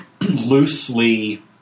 loosely